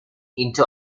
into